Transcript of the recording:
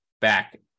back